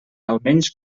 almenys